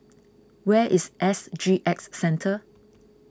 where is S G X Centre